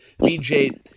BJ